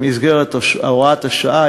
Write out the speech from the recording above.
במסגרת הוראת השעה,